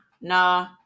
nah